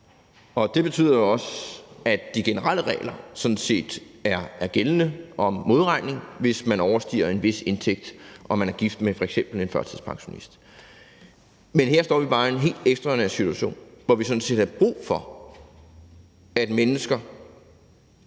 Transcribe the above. og det betyder også, at de generelle regler for modregning er gældende, hvis man overstiger en vis indtægt og man f.eks. er gift med en førtidspensionist. Men her står vi bare i en helt ekstraordinær situation, hvor vi sådan set har brug for, at mennesker